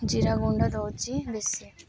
ଜିରା ଗୁଣ୍ଡ ଦେଉଛି ବେଶୀ